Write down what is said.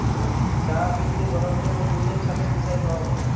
চাঁ বীজকে গরম জল বা দুহুদের ছাথে মিশাঁয় খাউয়া হ্যয়